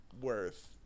Worth